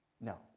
No